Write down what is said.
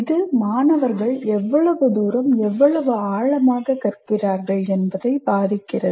இது மாணவர்கள் எவ்வளவு தூரம் எவ்வளவு ஆழமாகக் கற்கிறார்கள் என்பதைப் பாதிக்கிறது